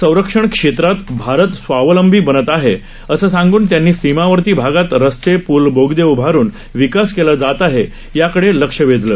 संरक्षण क्षेत्रात भारत स्वावलंबी बनत आहे असं सांगून त्यांनी सीमावर्ती भागात रस्ते पूल बोगदे उभारून विकास केला जात आहे या कडे लक्ष वेधलं